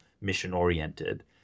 mission-oriented